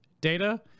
data